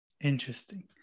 Interesting